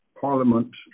Parliament